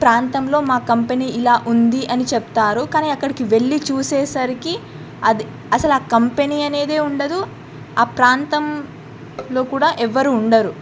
ప్రాంతంలో మా కంపెనీ ఇలా ఉంది అని చెప్తారు కానీ అక్కడికి వెళ్లిి చూసేసరికి అది అసలు ఆ కంపెనీ అనేదే ఉండదు ఆ ప్రాంతంలో కూడా ఎవ్వరూ ఉండరు